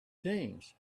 things